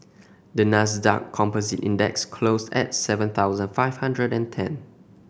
the Nasdaq Composite Index closed at seven thousand five hundred and ten